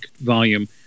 volume